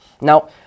Now